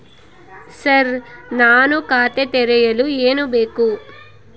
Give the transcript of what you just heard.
Sir ನಾನು ಖಾತೆ ತೆರೆಯಲು ಏನು ಬೇಕು?